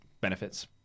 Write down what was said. benefits